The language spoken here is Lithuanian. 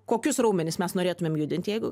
kokius raumenis mes norėtumėm judint jeigu